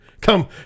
come